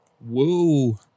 Whoa